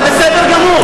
זה בסדר גמור,